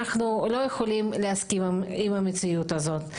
אנחנו לא יכולים להסכים עם מציאות כזאת.